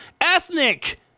ethnic